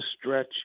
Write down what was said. stretch –